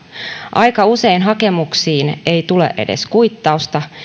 aika usein hakemuksiin ei tule edes kuittausta